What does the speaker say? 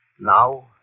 Now